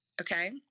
okay